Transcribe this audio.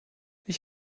ich